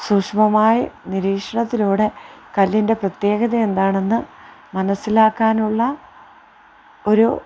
സൂക്ഷമമായി നിരീക്ഷണത്തിലൂടെ കല്ലിൻ്റെ പ്രത്യേകത എന്താണെന്ന് മനസ്സിലാക്കാനുള്ള ഒരു